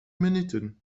minuten